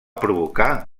provocar